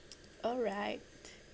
alright